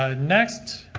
ah next